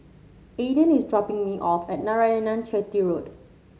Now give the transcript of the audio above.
Ayden is dropping me off at Narayanan Chetty Road